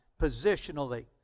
positionally